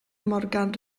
morgan